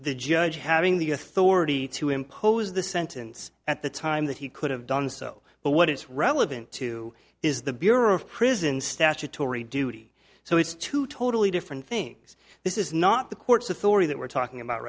the judge having the authority to impose the sentence at the time that he could have done so but what it's relevant to is the bureau of prisons statutory duty so it's two totally different things this is not the court's authority that we're talking about